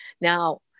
Now